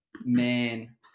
man